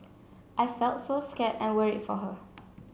I felt so scared and worried for her